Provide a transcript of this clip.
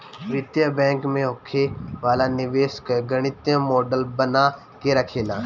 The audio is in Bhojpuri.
वित्तीय बैंक में होखे वाला निवेश कअ गणितीय मॉडल बना के रखेला